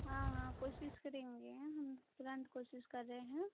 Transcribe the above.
हाँ हाँ कोशिश करेंगे हम तुरंत कोशिश कर रहे हैं